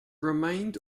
remained